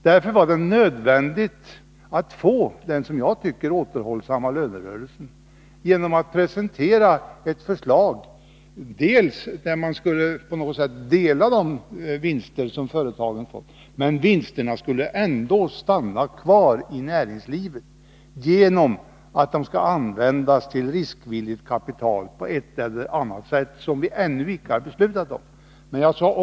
Därför var det nödvändigt att åtstadkomma den som jag tycker återhållsamma lönerörelsen genom att presentera ett förslag som innebar att man på något sätt skulle dela de vinster som företagen fått men att vinsterna ändå skulle stanna kvar i näringslivet genom att de, på ett eller annat sätt, som vi ännu inte har beslutat om, skall användas som riskvilligt kapital.